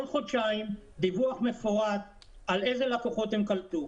חודשיים דיווח מפורט על איזה לקוחות הן קלטו,